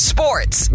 Sports